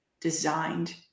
designed